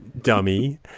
dummy